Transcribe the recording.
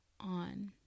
on